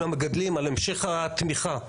עם המגדלים על המשך התמיכה,